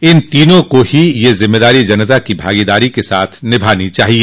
इन तीनों को ही यह जिम्मेदारी जनता की भागीदारी के साथ निभानी चाहिए